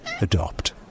Adopt